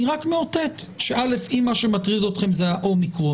אני רק מאותת שאם מה שמטריד אתכם זה ה-אומיקרון,